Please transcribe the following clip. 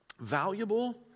Valuable